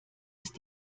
ist